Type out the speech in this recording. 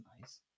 nice